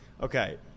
Okay